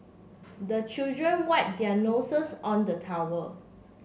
the children wipe their noses on the towel